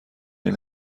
این